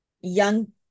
young